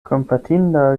kompatinda